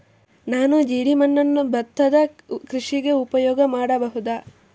ನಾನು ಜೇಡಿಮಣ್ಣನ್ನು ಭತ್ತದ ಕೃಷಿಗೆ ಉಪಯೋಗ ಮಾಡಬಹುದಾ?